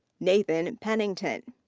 nathan pennington.